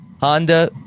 Honda